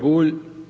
Bulj.